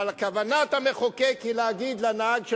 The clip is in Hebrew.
אבל כוונת המחוקק היא להגיד לנהג של